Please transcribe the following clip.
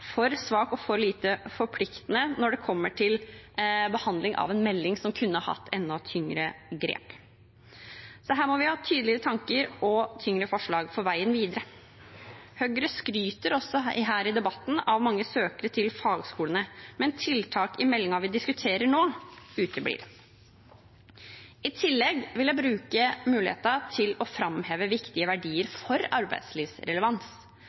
for svak og for lite forpliktende når det kommer til behandling av en melding som kunne hatt enda tyngre grep, så her må vi ha tydeligere tanker og tyngre forslag for veien videre. Høyre skryter også her i debatten av mange søkere til fagskolene, men tiltak i meldingen vi diskuterer nå, uteblir. I tillegg vil jeg bruke muligheten til å framheve viktige verdier for arbeidslivsrelevans.